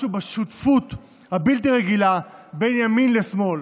משהו בשותפות הבלתי-רגילה בין ימין לשמאל,